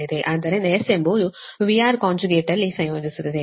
ಆದ್ದರಿಂದ S ಎಂಬುದು V R ಕಾಂಜುಗೇಟ್ನಲ್ಲಿ ಸಂಯೋಜಿಸುತ್ತದೆ